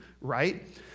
right